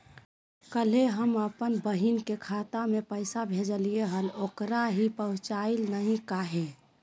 कल्हे हम अपन बहिन के खाता में पैसा भेजलिए हल, ओकरा ही पहुँचलई नई काहे?